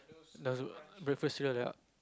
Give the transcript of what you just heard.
does what breakfast cereal ya